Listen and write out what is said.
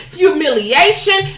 humiliation